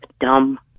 dumb